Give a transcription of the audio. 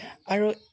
আৰু